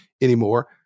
anymore